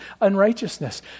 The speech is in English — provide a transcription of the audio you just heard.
unrighteousness